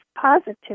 positive